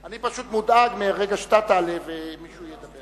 אני פשוט מודאג מהרגע שאתה תעלה ומישהו ידבר.